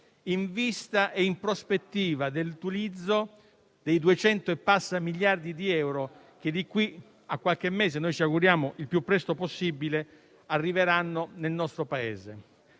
in vista e in prospettiva dell'utilizzo degli oltre 200 miliardi di euro che di qui a qualche mese - ci auguriamo il più presto possibile - arriveranno nel nostro Paese.